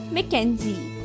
Mackenzie